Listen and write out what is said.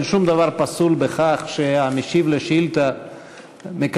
אין שום דבר פסול בכך שהמשיב על השאילתה מקבל